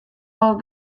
all